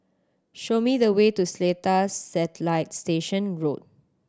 show me the way to Seletar Satellite Station Road